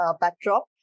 backdrop